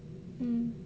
mm